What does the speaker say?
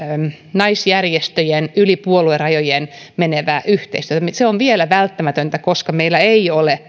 naisjärjestöjen yli puoluerajojen menevää yhteistyötä se on vielä välttämätöntä koska meillä ei ole